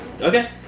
Okay